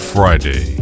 Friday